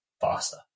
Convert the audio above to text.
faster